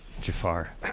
Jafar